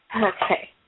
Okay